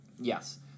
Yes